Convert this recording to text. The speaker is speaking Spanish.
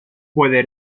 puede